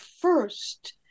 first